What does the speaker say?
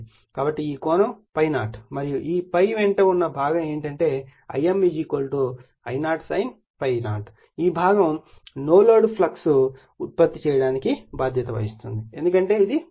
కాబట్టి ఈ కోణం ∅0 మరియు ఈ ∅ వెంట ఉన్న భాగం ఏమిటంటే Im I0 sin ∅ ఈ భాగం నో లోడ్ ఫ్లక్స్ ఉత్పత్తి చేయడానికి బాధ్యత వహిస్తుంది ఎందుకంటే ఇది ∅0